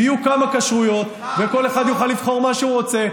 יהיו כמה כשרויות וכל אחד יוכל לבחור מה שהוא רוצה.